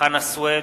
חנא סוייד,